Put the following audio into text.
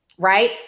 Right